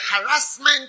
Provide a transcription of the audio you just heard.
harassment